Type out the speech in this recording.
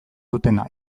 dutena